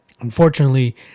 unfortunately